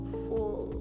full